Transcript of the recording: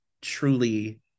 truly